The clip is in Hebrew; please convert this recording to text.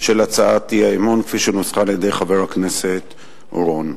של הצעת האי-אמון כפי שנוסחה על-ידי חבר הכנסת אורון.